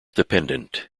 dependent